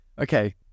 okay